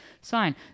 sign